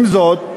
עם זאת,